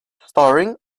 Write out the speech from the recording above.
starring